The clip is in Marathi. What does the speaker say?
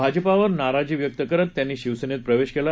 भाजपावरनाराजीव्यक्तकरतत्यांनीशिवसेनेतप्रवेशकेला